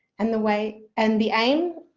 and the way, and the aim,